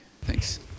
thanks